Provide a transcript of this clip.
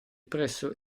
presso